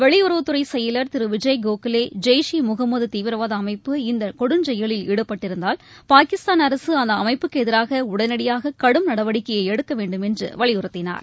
வெளியுறவுத்துறை செயலர் திரு விஜய் கோகலே ஜெய்ஷ்ஈ முகமது தீவிரவாத அமைப்பு இந்த கொடுஞ்செயலில் ஈடுபட்டிருந்தால் பாகிஸ்தான் அரசு அந்த அமைப்புக்கு எதிராக உடனடியாக கடும் நடவடிக்கையை எடுக்க வேண்டும் என்று வலியுறுத்தினார்